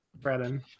Brennan